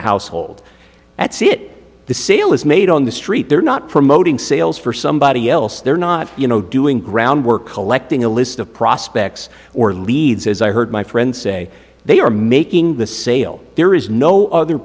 household that's it the sale is made on the street they're not promoting sales for somebody else they're not you know doing ground work collecting a list of prospects or leads as i heard my friend say they are making the sale there is no other